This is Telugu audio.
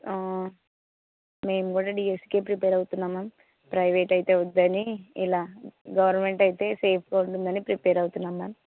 మేము కూడా డీఎస్ఈకి ప్రిపేర్ అవుతున్నాం మ్యామ్ ప్రైవేట్ అయితే వద్దని ఇలా గవర్నమెంట్ అయితే సేఫ్గా ఉంటుంది అని ప్రిపేర్ అవుతున్నాం మ్యామ్